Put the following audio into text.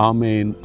Amen